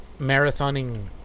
marathoning